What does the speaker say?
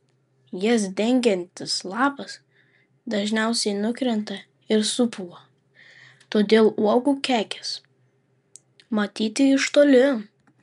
jas dengiantis lapas dažniausiai nukrinta ir supūva todėl uogų kekės matyti iš toli